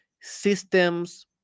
systems